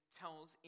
tells